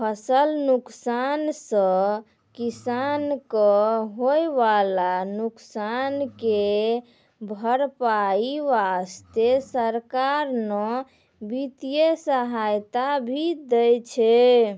फसल नुकसान सॅ किसान कॅ होय वाला नुकसान के भरपाई वास्तॅ सरकार न वित्तीय सहायता भी दै छै